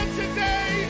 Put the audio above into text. today